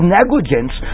negligence